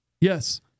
Yes